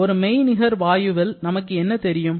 ஒரு மெய்நிகர் வாயுவில் நமக்கு என்ன தெரியும்